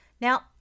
Now